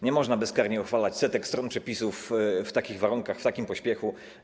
Nie można bezkarnie uchwalać setek stron przepisów w takich warunkach, w takim pośpiechu.